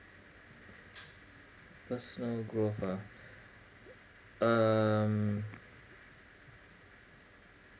personal growth ah um